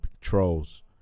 Trolls